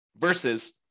versus